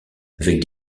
avec